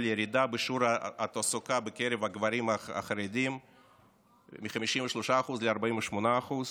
לירידה בשיעור התעסוקה בקרב הגברים החרדים מ-53% ל-48%,